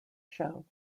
show